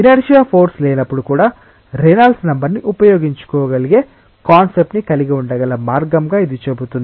inertia force లేనప్పుడు కూడా Reynolds number ని ఉపయోగించుకోగలిగే కాన్సెప్ట్ ని కలిగి ఉండగల మార్గంగా ఇది చెబుతుంది